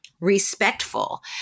respectful